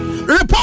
Report